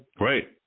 right